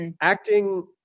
Acting